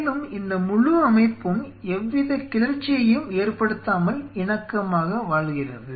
மேலும் இந்த முழு அமைப்பும் எவ்வித கிளர்ச்சியையும் ஏற்படுத்தாமல் இணக்கமாக வாழ்கிறது